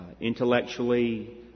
intellectually